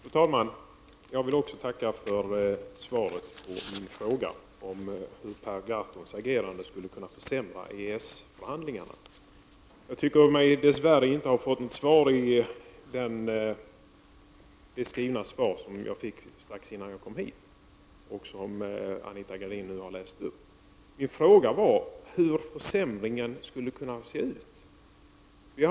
Fru talman! Även jag vill tacka för svaret på min fråga om hur Per Gahrtons agerande skulle kunna försämra EES-förhandlingarna. Jag tycker mig dess värre inte ha fått något svar på min fråga i det skrivna svar jag fick strax innan jag kom hit och som Anita Gradin nu har läst upp. Min fråga var hur försämringen skulle kunna se ut.